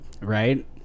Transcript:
right